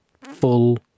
Full